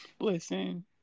listen